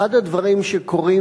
אחד הדברים שקורים,